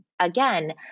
again